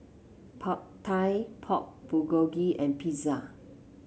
Pad Thai Pork Bulgogi and Pizza